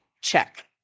check